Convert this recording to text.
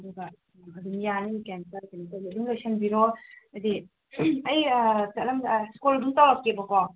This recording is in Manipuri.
ꯑꯗꯨꯒ ꯑꯗꯨꯝ ꯌꯥꯅꯤ ꯀꯔꯤ ꯑꯃꯠꯇ ꯀꯩꯅꯣ ꯇꯧꯗꯦ ꯑꯗꯨꯝ ꯂꯣꯏꯁꯤꯟꯕꯤꯔꯣ ꯍꯥꯏꯕꯗꯤ ꯑꯩ ꯀꯣꯜ ꯑꯗꯨꯝ ꯇꯧꯔꯛꯀꯦꯕꯀꯣ